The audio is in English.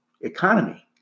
economy